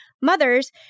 mothers